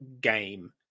game